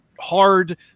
hard